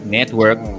Network